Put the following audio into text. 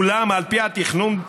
אולם על פי התכנון,